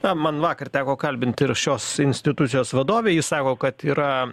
na man vakar teko kalbint ir šios institucijos vadovę ji sako kad yra